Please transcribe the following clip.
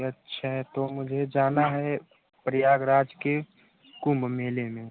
अच्छा तो मुझे जाना है परयागराज के कुम्भ मेले में